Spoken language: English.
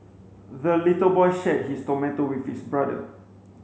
the little boy shared his tomato with his brother